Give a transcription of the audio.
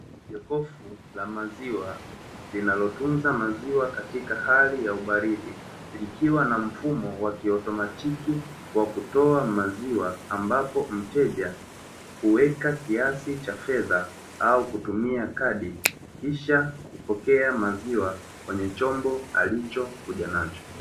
Jokofu la maziwa linalotunza maziwa katika hali ya ubaridi likiwa na mfumo wakiautomatiki wa kutoa maziwa, ambapo mteja kuweka kiasi cha fedha au kutumia kadi kisha kupokea maziwa kwenye chombo alichokuja nacho.